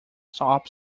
stop